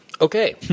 Okay